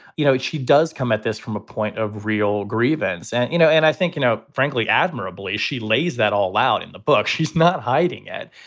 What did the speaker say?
you know, she does come at this from a point of real grievance. and, you know, and i think, you know, frankly, admirably, she lays that all out in the book. she's not hiding it.